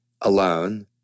alone